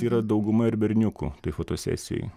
yra dauguma ir berniukų toj fotosesijoj